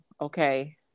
okay